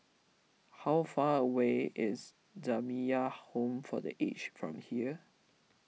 how far away is Jamiyah Home for the Aged from here